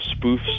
spoofs